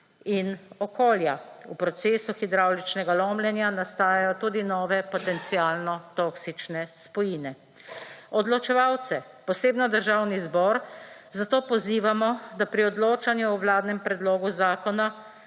in okolja. V procesu hidravličnega lomljenja nastajajo tudi nove potencialno toksične spojine. Odločevalce posebno Državni zbor, zato pozivamo, da pri odločanju o vladnem predlogu zakona